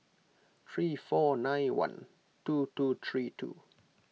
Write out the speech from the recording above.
three four nine one two two three two